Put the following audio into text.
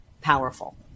powerful